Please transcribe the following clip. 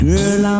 Girl